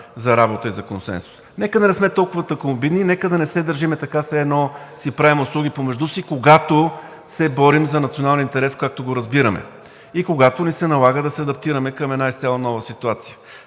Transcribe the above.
за работа и за консенсус. Нека да не сме толкова тънкообидни, нека да не се държим така, все едно си правим услуги помежду си, когато се борим за националния интерес, както го разбираме, и когато ни се налага да се адаптираме към една изцяло нова ситуация.